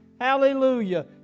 Hallelujah